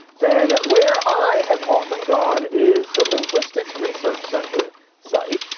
then where i have often gone is the linguistics research center site,